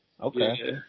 Okay